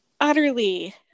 utterly